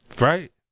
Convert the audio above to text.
Right